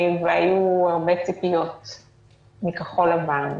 והיו הרבה ציפיות מכחול לבן.